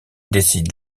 décide